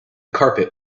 carpet